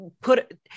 put